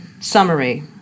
summary